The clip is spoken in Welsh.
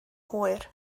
hwyr